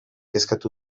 eskatu